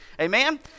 Amen